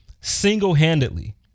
single-handedly